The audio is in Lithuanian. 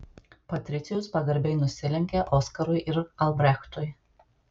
patricijus pagarbiai nusilenkė oskarui ir albrechtui